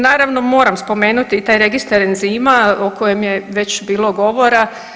Naravno, moram spomenuti i taj registar enzima o kojem je već bilo govora.